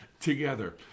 together